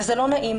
וזה לא נעים.